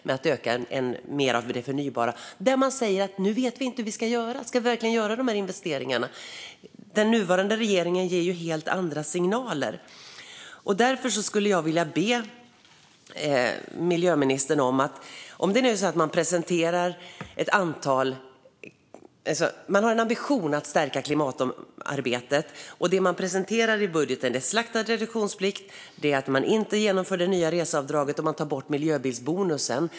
Men den nuvarande regeringen ger helt andra signaler, och nu säger man: Vi vet inte hur vi ska göra - ska vi verkligen göra de här investeringarna? Därför skulle jag vilja be miljöministern att vara lite mer konkret. Man har en ambition att stärka klimatarbetet, men det man presenterar i budgeten är att man slaktar reduktionsplikten, avstår från att genomföra det nya reseavdraget och tar bort miljöbilsbonusen.